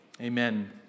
Amen